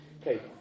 Okay